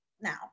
now